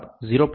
તેથી જવાબ 0